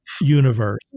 universe